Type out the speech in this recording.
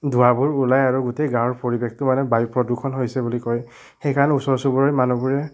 ধোঁৱাবোৰ ওলাই আৰু গোটেই গাঁৱৰ পৰিৱেশটো মানে বায়ু প্ৰদূষণ হৈছে বুলি কৈ সেইকাৰণে ওচৰ চুবুৰীয়া মানুহবোৰে